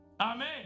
Amen